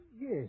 yes